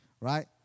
right